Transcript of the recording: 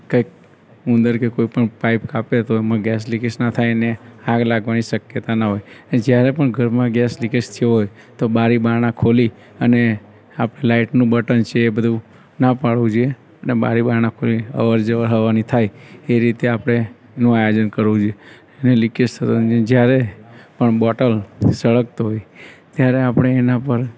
કંઈક ઉંદર કે કોઈ પણ પાઇપ કાપીએ તો એમાં ગેસ લીકેજ ના થાય એને આગ લાગવાની શક્યતા ના હોય જ્યારે પણ ઘરમાં ગેસ લીકેજ થયો હોય તો બારી બારણાં ખોલી અને આપણે લાઇટનું બટન છે એ બધું ના પાળવું જોઈએ અને બારી બારણાં ખોલી અવરજવર હવાની થાય એ રીતે આપણે એનું આયોજન કરવું જોઈએ અને લીકેજ થતું જ્યારે પણ બોટલ સળગતો હોય ત્યારે આપણે એના પર